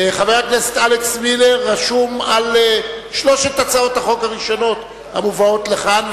חבר הכנסת אלכס מילר רשום על שלושת הצעות החוק הראשונות המובאות לכאן,